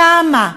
כמה?